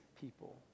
people